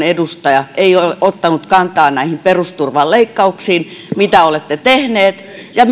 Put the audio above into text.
edustaja ei ole ottanut kantaa näihin perusturvan leikkauksiin mitä olette tehneet ja